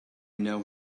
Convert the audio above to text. know